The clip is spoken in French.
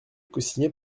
cosigné